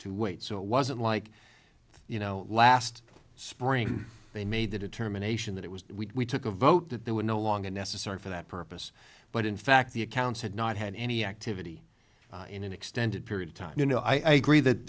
wait so it wasn't like you know last spring they made the determination that it was we took a vote that there were no longer necessary for that purpose but in fact the accounts had not had any activity in an extended period of time you know i agree